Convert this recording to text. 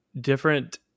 different